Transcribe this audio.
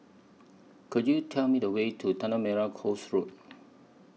Could YOU Tell Me The Way to Tanah Merah Coast Road